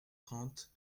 trente